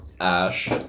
Ash